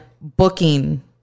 booking